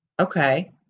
Okay